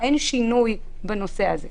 אין שינוי בנושא הזה.